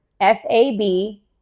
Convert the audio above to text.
F-A-B